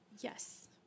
Yes